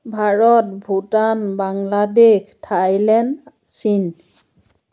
Bharat Bhutan Bangladesh Thailand চীন